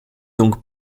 donc